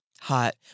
Hot